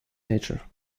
nature